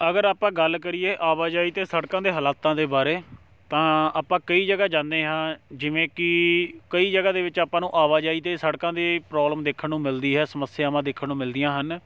ਅਗਰ ਆਪਾਂ ਗੱਲ ਕਰੀਏ ਆਵਾਜਾਈ ਅਤੇ ਸੜਕਾਂ ਦੇ ਹਲਾਤਾਂ ਦੇ ਬਾਰੇ ਤਾਂ ਆਪਾਂ ਕਈ ਜਗ੍ਹਾ ਜਾਂਦੇ ਹਾਂ ਜਿਵੇਂ ਕਿ ਕਈ ਜਗ੍ਹਾ ਦੇ ਵਿੱਚ ਆਪਾਂ ਨੂੰ ਆਵਾਜਾਈ ਅਤੇ ਸੜਕਾਂ ਦੀ ਪ੍ਰੋਬਲਮ ਦੇਖਣ ਨੂੰ ਮਿਲਦੀ ਹੈ ਸਮੱਸਿਆਵਾਂ ਦੇਖਣ ਨੂੰ ਮਿਲਦੀਆਂ ਹਨ